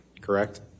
correct